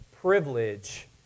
privilege